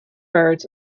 birds